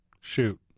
shoot